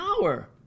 power